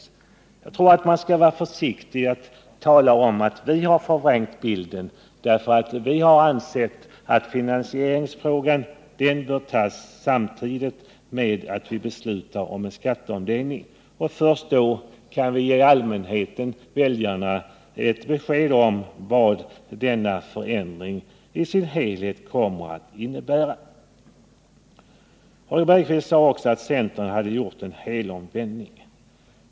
Jag tror därför att man bör vara försiktig i sitt tal om att vi har försökt göra det. Vi har nämligen sagt att vi anser att beslutet om finansieringen bör fattas samtidigt med att vi beslutar om en skatteomläggning. Först då kan vi ge allmänheten och väljarna ett besked om vad förändringen som helhet kommer att innebära. Holger Bergqvist sade också att centern hade gjort en helomvändning.